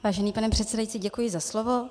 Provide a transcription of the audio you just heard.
Vážený pane předsedající, děkuji za slovo.